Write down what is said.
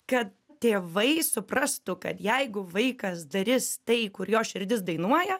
kad tėvai suprastų kad jeigu vaikas darys tai kur jo širdis dainuoja